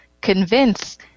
convince